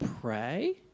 pray